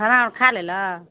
खाना आर खा लेलऽ